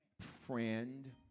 friend